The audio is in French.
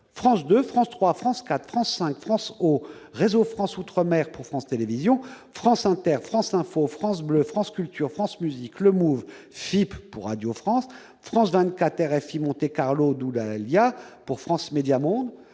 France 2, France 3, France 4, France 5, France O et Réseau France Outre-Mer pour France Télévisions ; France Inter, France Info, France Bleu, France Culture, France Musique, le Mouv'et FIP pour Radio France ; France 24, RFI et Monte Carlo Doualiya pour France Médias Monde.